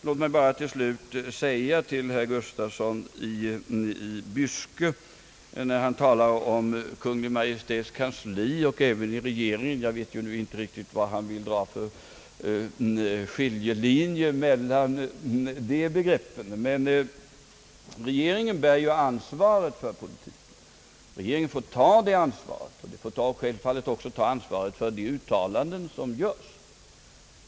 Låt mig bara till slut säga till herr Gustafsson i Byske med anledning av hans tal om Kungl. Maj:ts kansli och regeringen — jag vet inte vad han vill dra för skiljelinje mellan dessa begrepp — att regeringen bär ansvaret för politiken, regeringen tar det ansvaret och självfallet även för de uttalanden som görs.